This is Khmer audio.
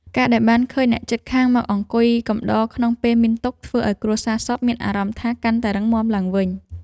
ការដែលបានឃើញអ្នកជិតខាងមកអង្គុយកំដរក្នុងពេលមានទុក្ខ ធ្វើឱ្យគ្រួសារសពមានអារម្មណ៍ថាកាន់តែរឹងមាំឡើងវិញ។